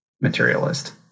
materialist